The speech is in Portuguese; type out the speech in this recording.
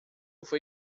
foi